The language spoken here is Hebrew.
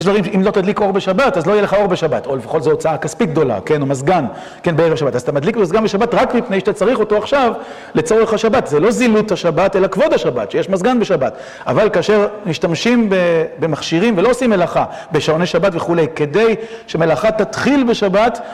יש דברים, אם לא תדליק אור בשבת אז לא יהיה לך אור בשבת, או לפחות זאת הוצאה כספית גדולה, כן, או מזגן, כן, בערב שבת, אז אתה מדליק מזגן בשבת רק מפני שאתה צריך אותו עכשיו לצורך השבת, זה לא זילות השבת אלא כבוד השבת, שיש מזגן בשבת. אבל כאשר משתמשים במכשירים ולא עושים מלאכה, בשעוני שבת וכולי, כדי שמלאכה תתחיל בשבת